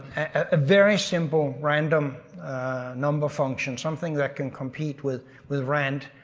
a very simple random number function, something that can compete with with rand,